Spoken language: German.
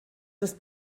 ist